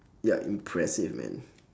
ya impressive man